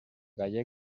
gallec